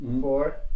Four